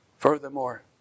Furthermore